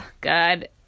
God